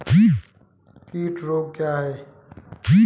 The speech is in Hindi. कीट रोग क्या है?